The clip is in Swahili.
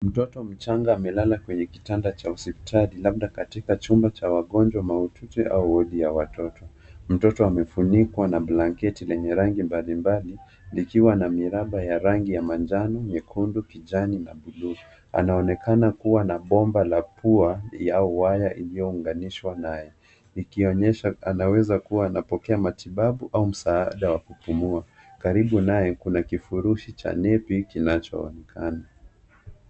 Mtoto mchanga amelala kwenye kitanda cha hospitali labda katika chumba cha wagonjwa mahututi au wodi ya watoto. Mtoto amefunikwa na blanketi lenye rangi mbalimbali likiwa na miraba ya rangi ya manjano, nyekundu, kijani na buluu. Anaonekana kuwa na bomba la pua au waya iliyounganishwa naye, ikionyesha anaweza kuwa anapokea matibabu au msaada wa kupumua. Karibu naye kuna kifurushi cha nepi kinachoonekana.